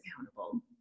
accountable